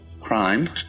crime